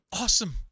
Awesome